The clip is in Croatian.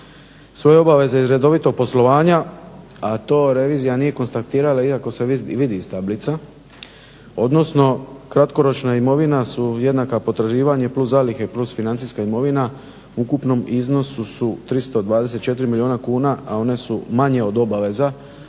svoje obaveze iz redovitog poslovanja a to revizija nije konstatirala iako se vidi iz tablica odnosno kratkoročna imovina su jednaka potraživanja plus zalihe plus financijska imovina ukupnom iznosu su 324 milijuna kuna, a one su manje od obaveza